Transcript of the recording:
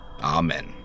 Amen